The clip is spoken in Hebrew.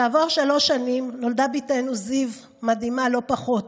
כעבור שלוש שנים נולדה בתנו זיו, מדהימה לא פחות,